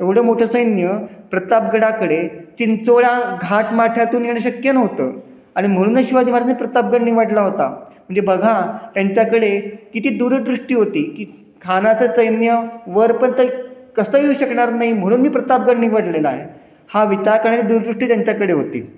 एवढं मोठं सैन्य प्रतापगडाकडे चिंचोळ्या घाटमाथ्यातून येणं शक्य नव्हतं आणि म्हणूनच शिवाजी महाराजांनी प्रतापगड निवडला होता म्हणजे बघा त्यांच्याकडे किती दूरदृष्टी होती की खानाचं सैन्य वरपर्यंत कसं येऊ शकणार नाही म्हणून मी प्रतापगड निवडलेला आहे हा विचार करण्याची दूरदृष्टी त्यांच्याकडे होती